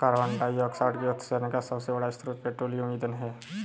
carbon dioxide के उत्सर्जन का सबसे बड़ा स्रोत पेट्रोलियम ईंधन है